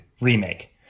Remake